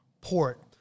port